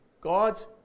God's